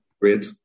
great